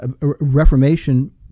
Reformation